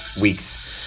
weeks